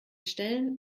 stellen